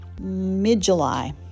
mid-July